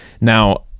Now